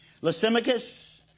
Lysimachus